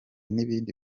n’ibindi